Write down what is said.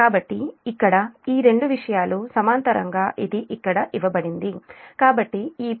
కాబట్టి ఇక్కడ ఈ రెండు విషయాలు సమాంతరంగా ఇది ఇక్కడ ఇవ్వబడింది కాబట్టి ఈ పాయింట్ j0